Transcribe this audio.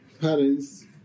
parents